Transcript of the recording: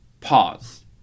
Pause